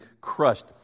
crushed